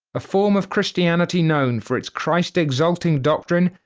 a form of christianity known for its christ exalting doctrine,